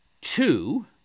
two